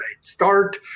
Start